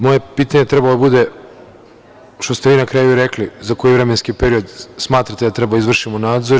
Moje pitanje je trebalo da bude, što ste vi na kraju i rekli, za koji vremenski period smatrate da treba da izvršimo nadzor.